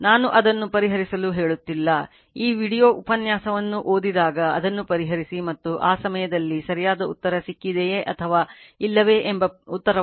ನಾನು ಅದನ್ನು ಪರಿಹರಿಸಲು ಹೇಳುತ್ತಿಲ್ಲ ಈ ವೀಡಿಯೊ ಉಪನ್ಯಾಸವನ್ನು ಓದಿದಾಗ ಅದನ್ನು ಪರಿಹರಿಸಿ ಮತ್ತು ಆ ಸಮಯದಲ್ಲಿ ಸರಿಯಾದ ಉತ್ತರ ಸಿಕ್ಕಿದೆಯೆ ಅಥವಾ ಇಲ್ಲವೇ ಎಂಬ ಉತ್ತರವನ್ನು ಕೇಳಿ